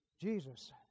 Jesus